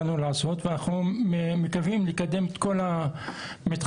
באנו לעשות ואנחנו מקווים לקדם את כל המתחמים.